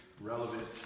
relevant